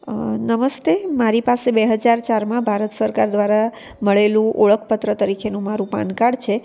નમસ્તે મારી પાસે બે હજાર ચારમાં ભારત સરકાર દ્વારા મળેલું ઓળખપત્ર તરીકેનું મારું પાન કાર્ડ છે